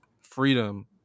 freedom